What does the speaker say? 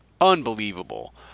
unbelievable